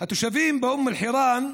התושבים באום אל-חיראן,